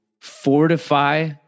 fortify